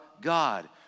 God